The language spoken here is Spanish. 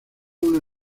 una